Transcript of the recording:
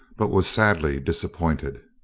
but was sadly disappointed.